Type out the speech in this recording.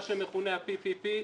מה שמכונה ה-PPP,